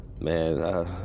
man